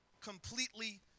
completely